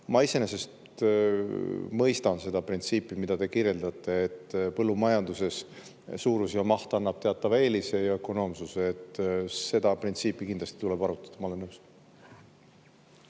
Ma iseenesest mõistan seda printsiipi, mida te kirjeldate, et põllumajanduses annavad suurus ja maht teatava eelise ja ökonoomsuse. Seda printsiipi kindlasti tuleb arutada, ma olen nõus.